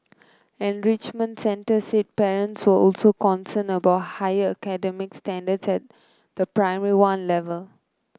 enrichment centres said parents were also concerned about higher academic standards at the Primary One level